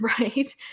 right